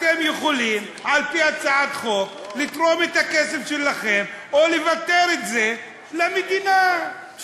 אתם יכולים על-פי הצעת החוק לתרום את הכסף שלהם או לוותר עליו למדינה,